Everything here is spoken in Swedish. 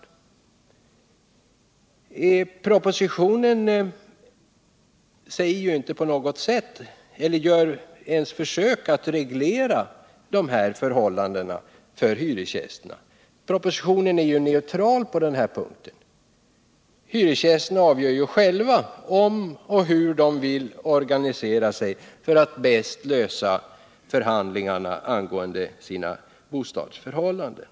I propositionen gör man inte ens ett försök att reglera de här förhållandena för hyresgästerna. Propositionen är ju neutral på den här punkten. Hyresgästerna avgör själva om och hur de vill organisera sig för att bäst klara sina bostadsförhandlingar.